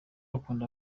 akunda